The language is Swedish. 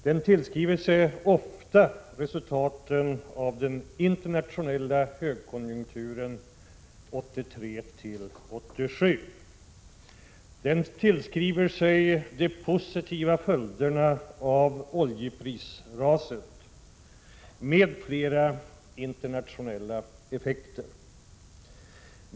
Den tillskriver sig ofta resultaten av den internationella högkonjunkturen 1983-1987 och de positiva följderna av oljeprisraset och andra internationella skeenden.